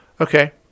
okay